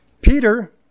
Peter